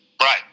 Right